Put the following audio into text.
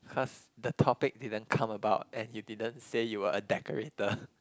cause the topic didn't come about and you didn't say you were a decorator